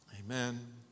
Amen